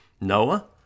Noah